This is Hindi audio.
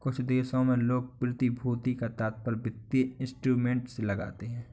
कुछ देशों में लोग प्रतिभूति का तात्पर्य वित्तीय इंस्ट्रूमेंट से लगाते हैं